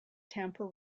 tamper